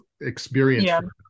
experience